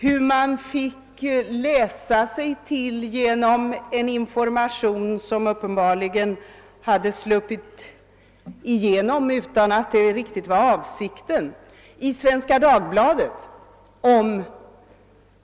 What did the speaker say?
De anställda fick i Svenska Dagbladet läsa — uppgifterna hade uppenbarligen sluppit igenom utan att det riktigt var avsikten — om